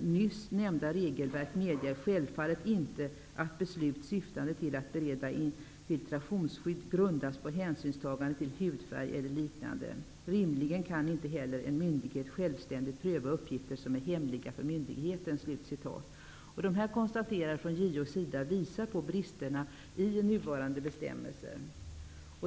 ''Nyss nämnda regelverk medger -- självfallet -- inte att beslut syftande till att bereda infiltrationsskydd grundas på hänsynstagande till hudfärg eller liknande. Rimligen kan inte heller en myndighet självständigt pröva uppgifter som är hemliga för myndigheten.'' Det här konstaterandet från JO:s sida visar på bristerna i nuvarande bestämmelser.